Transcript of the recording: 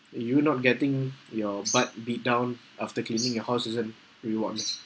if you're not getting your butt beat down after cleaning your house isn't reward meh